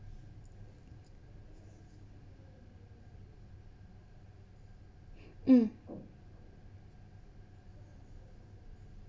mm